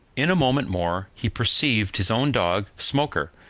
in a moment more, he perceived his own dog, smoker,